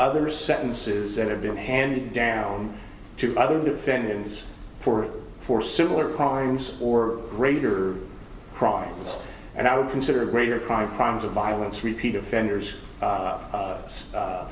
other sentences that have been handed down to other defendants for for similar crimes or greater crime and i would consider a greater crime crimes of violence repeat offenders